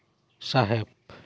ᱥᱟᱦᱮᱵ